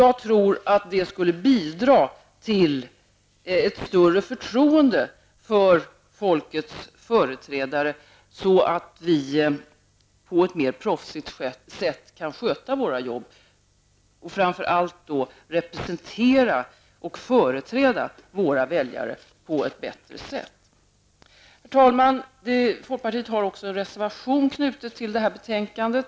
Jag tror att det skulle bidra till ett större förtroende för folkets företrädare när vi på ett professionellt sätt kan sköta våra arbeten. Framför allt kan vi representera och företräda våra väljare på ett bättre sätt. Herr talman! Folkpartiet har också en reservation fogad till detta betänkande.